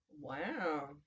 Wow